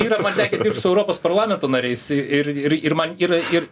yra tekę su europos parlamento nariais ir ir man yra ir